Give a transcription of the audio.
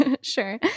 Sure